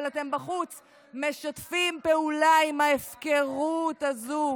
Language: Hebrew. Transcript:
אבל אתם בחוץ משתפים פעולה עם ההפקרות הזו.